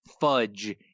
fudge